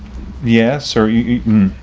yes, or even.